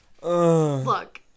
Look